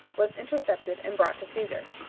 was intercepted and brought to caesar.